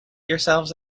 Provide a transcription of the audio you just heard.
yourselves